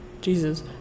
Jesus